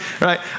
right